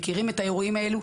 מכירים את האירועים האלה.